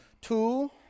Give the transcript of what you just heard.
Two